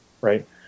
right